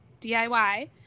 diy